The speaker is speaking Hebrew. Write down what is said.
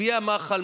מצביע מחל,